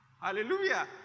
Hallelujah